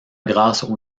grâce